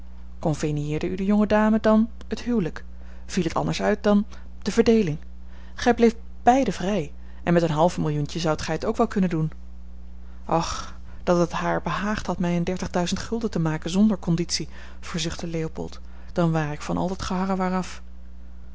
de jonge dame dan het huwelijk viel het anders uit dan de verdeeling gij bleeft beiden vrij en met een half millioentje zoudt gij het ook wel kunnen doen och dat het haar behaagd had mij een dertig duizend gulden te maken zonder conditie verzuchtte leopold dan ware ik van al dat geharrewar af